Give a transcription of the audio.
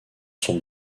son